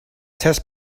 test